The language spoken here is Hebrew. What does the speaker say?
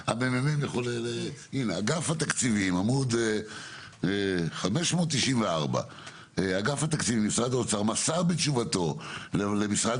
הנה אגף התקציבים עמוד 594 משרד האוצר מסר בתשובתו למשרד